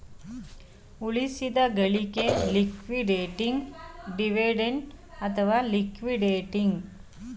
ಉಳಿಸಿದ ಗಳಿಕೆ liquidating dividend ಅಥವಾ ಲಿಕ್ವಿಡೇಟಿಂಗ್ ಕ್ಯಾಶ್ ಡಿವಿಡೆಂಡ್ ಎಂದು ಕರೆಯಲಾಗುತ್ತೆ